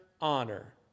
honor